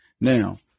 Now